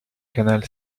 canal